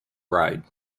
road